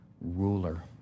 ruler